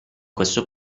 questo